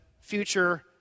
future